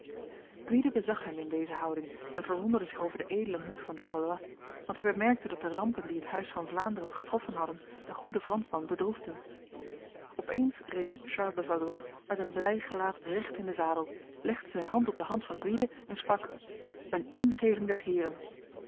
gwyde bezag hem in deze houding en verwonderde zich over de edele moed van de valois want hij bemerkte dat de rampen die het huis van vlaanderen getroffen hadden de goede fransman bedroefden opeens rees charles de valois met een blij gelaat recht in de zadel legde zijn hand op de hand van gwyde en sprak een ingeving des heren